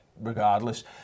regardless